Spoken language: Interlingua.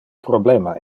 problema